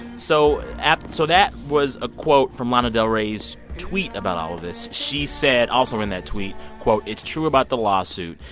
so so that was a quote from lana del rey's tweet about all of this. she said also in that tweet, quote, it's true about the lawsuit.